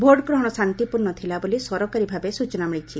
ଭୋଟଗ୍ରହଣ ଶାନ୍ତିପୂର୍ଣ୍ଣ ଥିଲାବୋଲି ସରକାରୀ ଭାବେ ସୂଚନା ମିଳିଛି